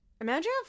Imagine